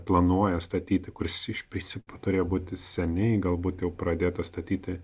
planuoja statyti kurs iš principo turėjo būti seniai galbūt jau pradėtas statyti